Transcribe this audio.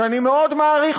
שאני מאוד מעריך.